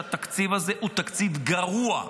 שהתקציב הזה הוא תקציב גרוע.